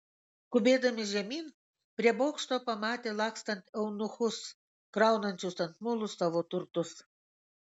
skubėdami žemyn prie bokšto pamatė lakstant eunuchus kraunančius ant mulų savo turtus